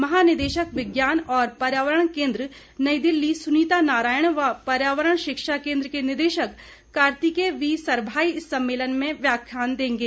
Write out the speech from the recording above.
महानिदेशक विज्ञान और पर्यावरण केन्द्र नई दिल्ली सुनीता नारायण व पर्यावरण शिक्षा केन्द्र के निदेशक कार्तिकेय वी सरभाई इस सम्मेलन में व्याख्यान देंगे